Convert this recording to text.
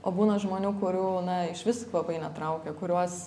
o būna žmonių kurių na išvis kvapai netraukia kuriuos